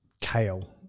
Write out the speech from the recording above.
kale